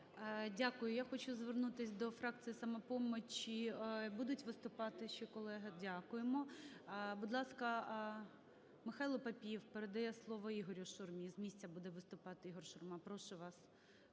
Дякую. Я хочу звернутись до фракції "Самопомочі". Будуть виступати ще колеги? Дякуємо. Будь ласка, Михайло Папієв. Передає слово Ігорю Шурмі. З місця буде виступати Ігор Шурма. Прошу вас,